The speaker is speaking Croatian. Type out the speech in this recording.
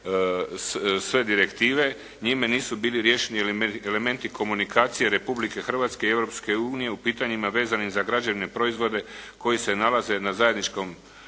sve direktive. Njime nisu bili riješeni elementi komunikacije Republike Hrvatske i Europske unije u pitanjima vezanim za građevne proizvode koji se nalaze na zajedničkom